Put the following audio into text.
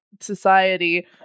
society